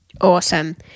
Awesome